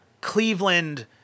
Cleveland